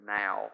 now